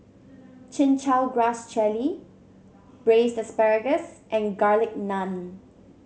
Chin Chow Grass Jelly Braised Asparagus and Garlic Naan